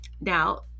now